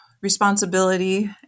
responsibility